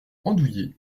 andouillé